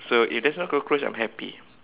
so if there's no cockroach I'm happy